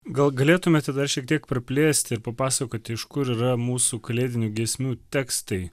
gal galėtumėte dar šiek tiek praplėsti ir papasakoti iš kur yra mūsų kalėdinių giesmių tekstai